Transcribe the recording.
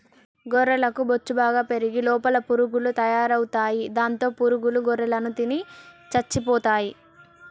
గొర్రెలకు బొచ్చు బాగా పెరిగి లోపల పురుగులు తయారవుతాయి దాంతో పురుగుల గొర్రెలను తిని చచ్చిపోతాయి